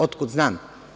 Otkud znam.